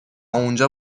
اونجا